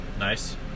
Nice